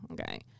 okay